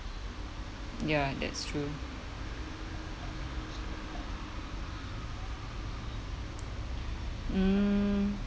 ya that's true mm